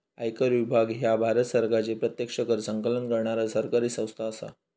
आयकर विभाग ह्या भारत सरकारची प्रत्यक्ष कर संकलन करणारा सरकारी संस्था असा